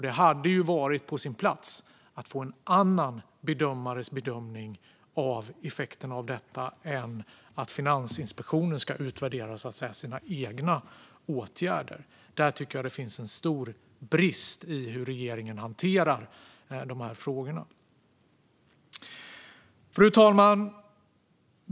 Det hade varit bättre med en annan bedömares bedömning av effekterna av detta än att Finansinspektionen ska utvärdera sina egna åtgärder. Jag tycker att det finns en stor brist i hur regeringen hanterar de här frågorna. Fru talman!